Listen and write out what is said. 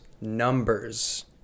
Numbers